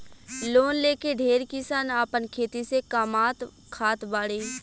loan लेके ढेरे किसान आपन खेती से कामात खात बाड़े